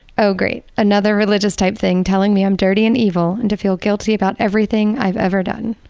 oh great. another religious type thing telling me i'm dirty and evil, and to feel guilty about everything i've ever done.